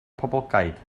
poblogaidd